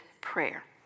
prayer